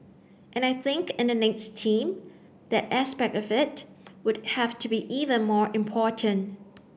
and I think in the next team that aspect of it would have to be even more important